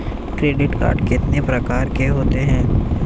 Credit card कितने प्रकार के होते हैं?